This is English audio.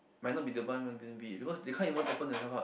but not person be because they can't even open themselves up